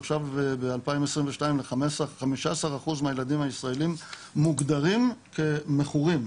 ועכשיו ב-2022 15% אחוז מהילדים הישראלים מוגדרים כמכורים,